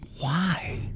why?